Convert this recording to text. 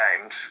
games